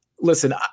Listen